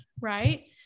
right